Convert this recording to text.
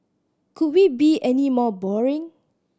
could we be any more boring